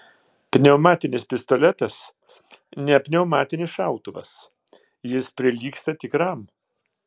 pneumatinis pistoletas ne pneumatinis šautuvas jis prilygsta tikram